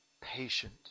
patient